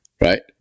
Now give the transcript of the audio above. right